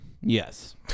Yes